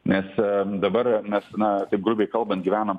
mes dabar mes na taip grubiai kalbant gyvenam